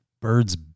birds